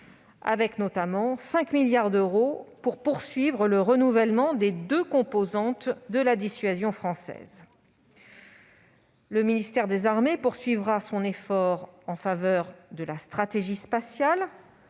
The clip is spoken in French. notamment avec 5 milliards d'euros pour poursuivre le renouvellement des deux composantes de la dissuasion française. Le ministère des armées poursuivra son effort en faveur de la stratégie spatiale,